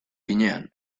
finean